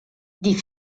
die